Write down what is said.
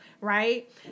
Right